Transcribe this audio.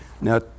Now